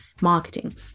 marketing